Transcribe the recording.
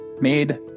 made